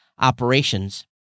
operations